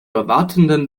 erwartenden